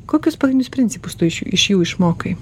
kokius pagrindinius principus tu iš jų iš jų išmokai